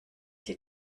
sie